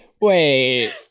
Wait